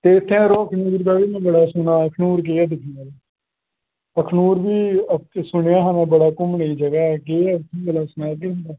ते इत्थें अखनूर बड़ा सुने दा अखनूर केह् ऐ दिक्खनै आह्ला अखनूर बी में सुनेआ हा की घुम्मनै आह्ली जगह ऐ सनागे भला केह् ऐ उत्थें